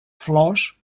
flors